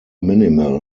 minimal